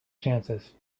chances